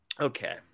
Okay